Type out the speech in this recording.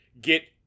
get